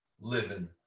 living